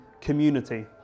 community